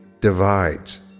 divides